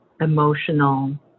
emotional